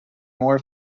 more